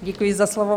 Děkuji za slovo.